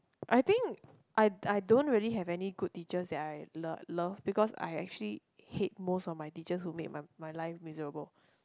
I think I I don't really have any good teachers that I love love because I actually hate most of my teachers who made my my life miserable